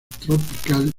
tropical